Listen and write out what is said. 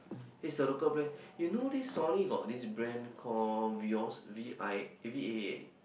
it's a local brand you know this Sony got this brand call VIOS V I eh V A